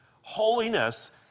Holiness